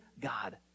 God